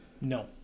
No